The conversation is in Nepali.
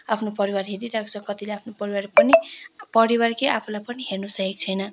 आफ्नो परिवार हेरिरहेको छ कतिले आफ्नो परिवार पनि परिवार के आफूलाई पनि हेर्न सकेको छैन